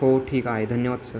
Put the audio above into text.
हो ठीक आहे धन्यवाद सर